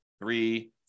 three